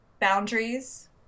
boundaries